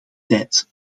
tijd